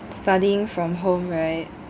studying from home right